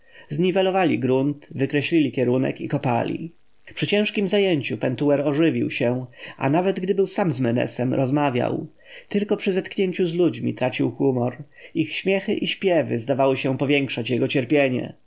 z pentuerem do roboty zniwelowali grunt wykreślili kierunek i kopali przy ciężkiem zajęciu pentuer ożywił się a nawet gdy był sam z menesem rozmawiał tylko przy zetknięciu z ludźmi tracił humor ich śmiechy i śpiewy zdawały się powiększać jego cierpienie